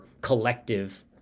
collective